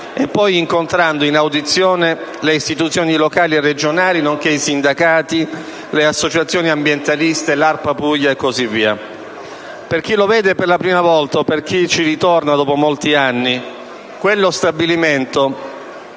e poi incontrando in audizione le istituzioni locali e regionali, nonché i sindacati, le associazioni ambientaliste, l'ARPA Puglia e così via. Per chi lo vede la prima volta o per chi ci ritorna dopo molti anni, quello stabilimento